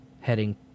heading